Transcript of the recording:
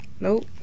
Nope